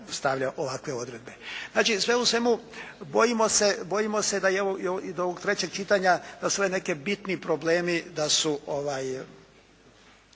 stavlja ovakve odredbe. Znači, sve u svemu bojimo se i do ovog trećeg čitanja da su ovi neki bitni problemi da ponovno